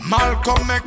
Malcolm